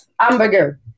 hamburger